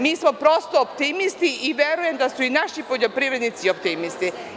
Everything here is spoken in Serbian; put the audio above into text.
Mi smo prosto optimisti i verujem da su i naši poljoprivrednici optimisti.